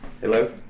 Hello